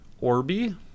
Orbi